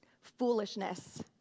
Foolishness